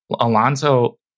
Alonso